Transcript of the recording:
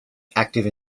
active